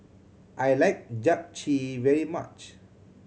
I like Japchae very much